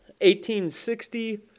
1860